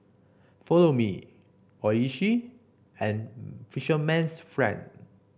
Follow Me Oishi and Fisherman's Friend